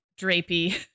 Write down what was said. drapey